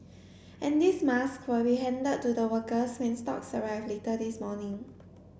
and these masks will be handed to the workers when stocks arrive later this morning